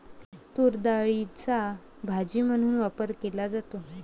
तूरडाळीचा भाजी म्हणून वापर केला जातो